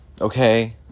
Okay